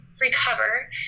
recover